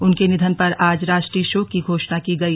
उनके निधन पर आज राष्ट्रीय शोक की घोषणा की गई